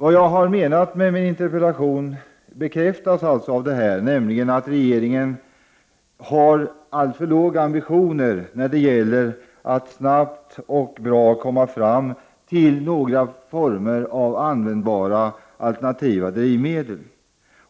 Vad jag har sagt i min interpellation bekräftas därmed, nämligen att regeringen har för låga ambitioner när det gäller att snabbt och bra få fram användbara alternativa drivmedel,